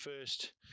first